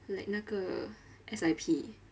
like 那个 S_I_P